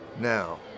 Now